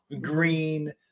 green